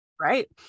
right